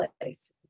place